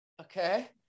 Okay